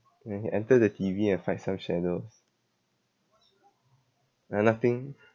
when you enter the T_V and find some shadows ah nothing